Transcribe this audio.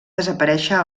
desaparèixer